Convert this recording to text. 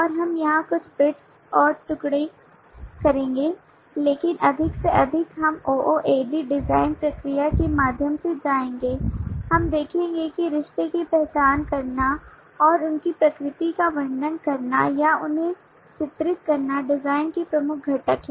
और हम यहां कुछ बिट्स और टुकड़े करेंगे लेकिन अधिक से अधिक हम OOAD डिजाइन प्रक्रिया के माध्यम से जाएंगे हम देखेंगे कि रिश्ते की पहचान करना और उनकी प्रकृति का वर्णन करना या उन्हें चित्रित करना डिजाइन के प्रमुख घटक हैं